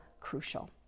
crucial